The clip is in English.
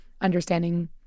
understanding